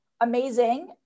amazing